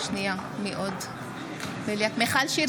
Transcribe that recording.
מיכל שיר